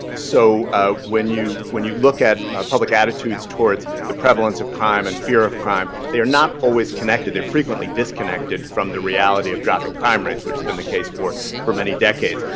so when you when you look at public attitudes towards the prevalence of crime and fear of crime, they are not always connected. they're frequently disconnected from the reality of dropping crime rates, which has been the case for for many decades.